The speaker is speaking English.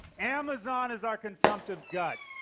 amazon is our consumptive gut.